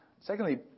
secondly